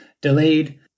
delayed